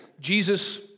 Jesus